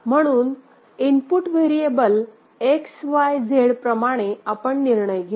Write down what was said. म्हणून input variable xy z प्रमाणे आपण निर्णय घेऊ